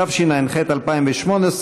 התשע"ח 2018,